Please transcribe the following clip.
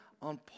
On